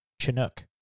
Chinook